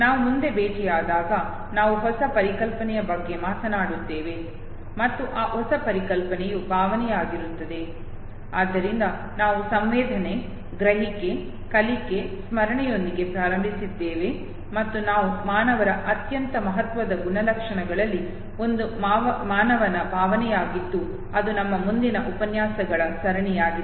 ನಾವು ಮುಂದೆ ಭೇಟಿಯಾದಾಗ ನಾವು ಹೊಸ ಪರಿಕಲ್ಪನೆಯ ಬಗ್ಗೆ ಮಾತನಾಡುತ್ತೇವೆ ಮತ್ತು ಆ ಹೊಸ ಪರಿಕಲ್ಪನೆಯು ಭಾವನೆಯಾಗಿರುತ್ತದೆ ಆದ್ದರಿಂದ ನಾವು ಸಂವೇದನೆ ಗ್ರಹಿಕೆ ಕಲಿಕೆ ಸ್ಮರಣೆಯೊಂದಿಗೆ ಪ್ರಾರಂಭಿಸಿದ್ದೇವೆ ಮತ್ತು ನಾವು ಮಾನವರ ಅತ್ಯಂತ ಮಹತ್ವದ ಗುಣಲಕ್ಷಣಗಳಲ್ಲಿ ಒಂದು ಮಾನವನ ಭಾವನೆಯಾಗಿದ್ದು ಅದು ನಮ್ಮ ಮುಂದಿನ ಉಪನ್ಯಾಸಗಳ ಸರಣಿಯಾಗಿದೆ